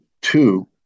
two